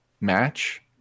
match